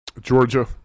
Georgia